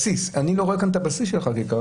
אני לא רואה כאן את הבסיס של החקיקה,